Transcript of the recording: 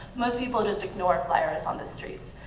most people just ignore flyers on the streets.